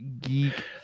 Geek